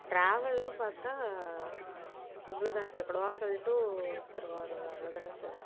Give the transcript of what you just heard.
டிராவல்னு பார்த்தா இவ்வளோ தானே சார் குடவாசல் டூ திருவாரூர் அவ்வளோ தானே சார்